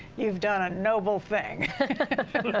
you've done a noble thing.